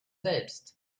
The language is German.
selbst